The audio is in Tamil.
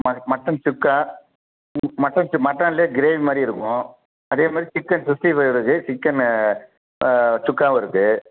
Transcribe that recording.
ம மட்டன் சுக்கா மட்டன் சு மட்டன்லயே க்ரேவி மாதிரி இருக்கும் அதே மாதிரி சிக்கன் சிக்ஸ்டி ஃபைவ் இருக்கு சிக்கனு சுக்காவும் இருக்கு